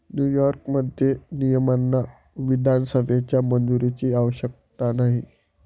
न्यूयॉर्कमध्ये, नियमांना विधानसभेच्या मंजुरीची आवश्यकता नाही